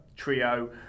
trio